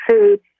food